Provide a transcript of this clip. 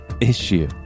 issue